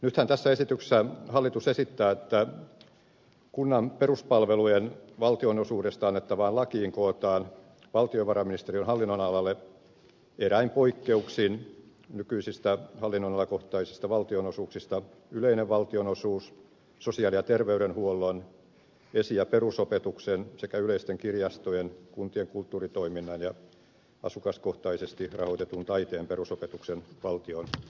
nythän tässä esityksessä hallitus esittää että kunnan peruspalvelujen valtionosuudesta annettavaan lakiin kootaan valtiovarainministeriön hallinnonalalle eräin poikkeuksin nykyisistä hallinnonalakohtaisista valtionosuuksista yleinen valtionosuus sosiaali ja terveydenhuollon esi ja perusopetuksen sekä yleisten kirjastojen kuntien kulttuuritoiminnan ja asukaskohtaisesti rahoitetun taiteen perusopetuksen valtionosuudet